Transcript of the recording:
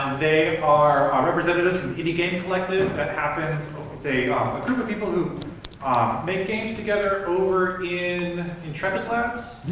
they are representatives from pd game collective. that happens they are a group of people who make games together over in intrepid labs?